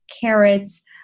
carrots